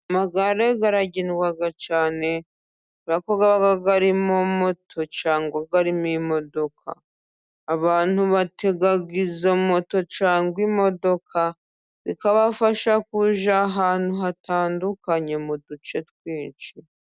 Amagare aragendwa cyane, kubera ko aba arimo moto cyangwa arimo imodoka, abantu batega izo moto cyangwa imodoka, bikabafasha kujya ahantu hatandukanye mu duce twinshi.